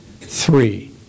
Three